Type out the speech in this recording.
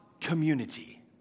community